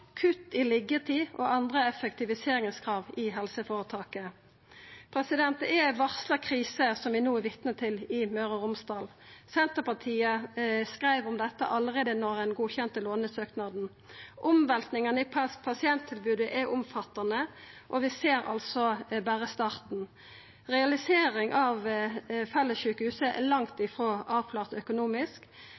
kutt i liggjetid og andre effektiviseringskrav i helseføretaket. Det er ei varsla krise vi no er vitne til i Møre og Romsdal. Senterpartiet skreiv om dette allereie da ein godkjente lånesøknaden. Omveltingane i pasienttilbodet er omfattande, og vi ser altså berre starten. Realiseringa av fellessjukehuset er langt frå avklart økonomisk.